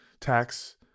tax